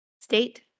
State